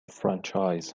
franchise